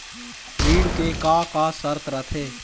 ऋण के का का शर्त रथे?